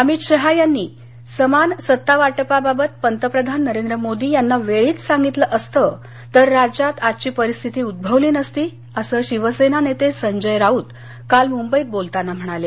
अमित शहा यांनी समान सत्तावाटपाबाबत पंतप्रधान नरेंद्र मोदी यांना वेळीच सांगितलं असतं तर राज्यात आजची परिस्थिती उद्गवली नसती असं शिवसेना नेते संजय राऊत काल मुंबईत बोलताना म्हणाले